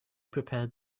prepared